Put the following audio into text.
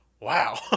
wow